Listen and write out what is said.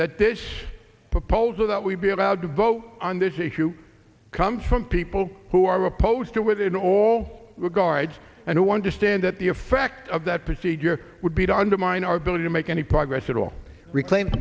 that dish proposal that we be allowed to vote on this issue comes from people who are opposed to within all regards and i understand that the effect of that procedure would be to undermine our ability to make any progress at all reclaim